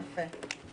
יפה.